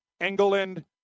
Engeland